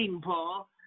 Paul